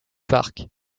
parcs